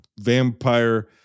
vampire